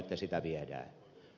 no totta kai